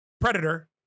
Predator